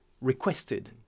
requested